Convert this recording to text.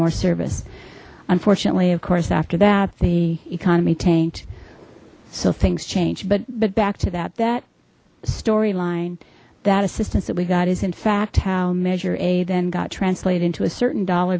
more service unfortunately of course after that the economy tanked so things change but but back to that that storyline that assistance that we got is in fact how measure a then got translated into a certain dollar